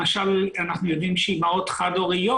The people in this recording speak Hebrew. למשל אנחנו יודעים שאימהות חד-הוריות